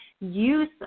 use